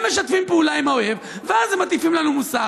הם משתפים פעולה עם האויב ואז הם מטיפים לנו מוסר.